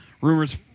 rumors